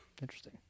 Interesting